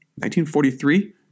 1943